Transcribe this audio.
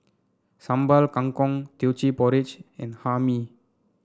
Sambal Kangkong Teochew Porridge and Hae Mee